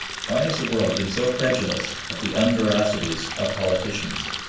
why has the world been so credulous of the unveracities of politicians?